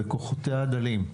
בכוחותיה הדלים.